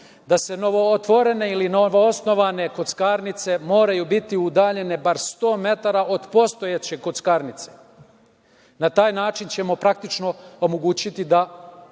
da novootvorene ili novoosnovane kockarnice moraju biti udaljene bar 100 metara od postojeće kockarnice. Na taj način ćemo praktično omogućiti…